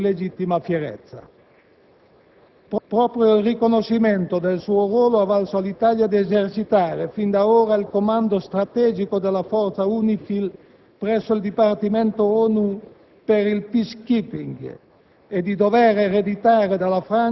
Separando i belligeranti, controllando i confini, assicurando la pace il contingente italiano consentirà che il Libano possa ricostruirsi liberamente nel pieno esercizio del suo diritto di autodeterminazione.